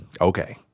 okay